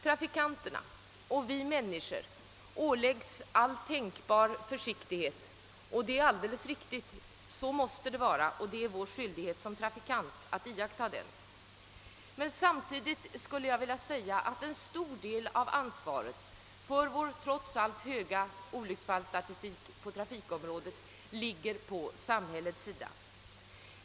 Vi människor åläggs att iakttaga all tänkbar försiktighet i trafiken, och det är alldeles riktigt att så sker. Så måste det vara, och det är vår skyldighet som trafikanter att vara försiktiga. Men samtidigt skulle jag vilja säga att en stor del av ansvaret för de trots allt höga olycksfallssiffrorna ligger hos samhället.